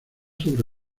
sobre